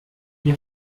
hier